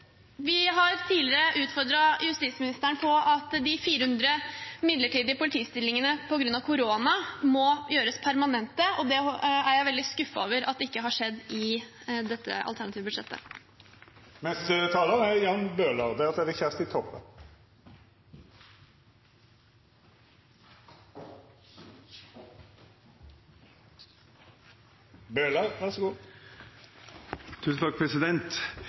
Vi har tidligere utfordret justisministeren på at de 400 midlertidige politistillingene på grunn av korona må gjøres permanente. Det er jeg veldig skuffet over ikke har skjedd i dette alternative budsjettet. Jeg er